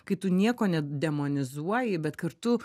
kai tu nieko nedemonizuoji bet kartu